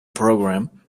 program